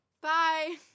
Bye